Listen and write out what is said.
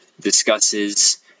discusses